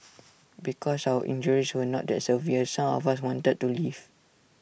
because our injuries were not that severe some of us wanted to leave